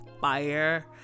Fire